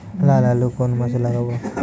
লাল আলু কোন মাসে লাগাব?